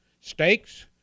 Steaks